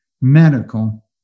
medical